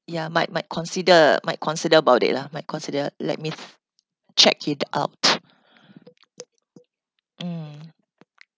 ya might might consider might consider about it lah might consider let me check it out mm